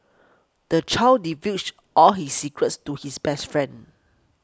the child divulged all his secrets to his best friend